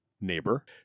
neighbor